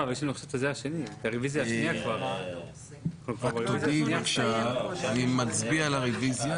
יוראי, בבקשה לנמק את הרוויזיה.